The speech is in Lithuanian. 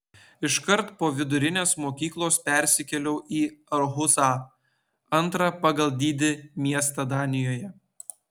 iškart po vidurinės mokyklos persikėliau į arhusą antrą pagal dydį miestą danijoje